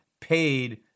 paid